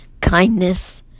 Kindness